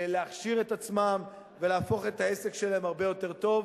להכשיר את עצמם ולהפוך את העסק שלהם להרבה יותר טוב?